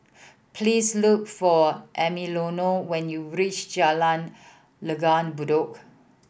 please look for Emiliano when you reach Jalan Langgar Bedok